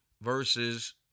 versus